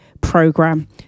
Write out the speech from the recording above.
program